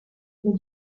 mais